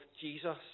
Jesus